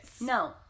No